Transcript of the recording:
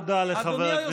תודה רבה לחבר הכנסת קריב.